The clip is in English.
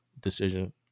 decision